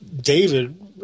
David